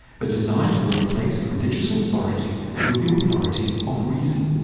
the desire to replace religious authority with the authority of reason,